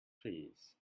please